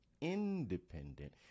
independent